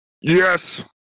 Yes